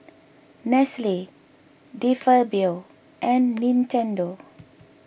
Nestle De Fabio and Nintendo